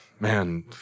Man